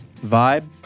vibe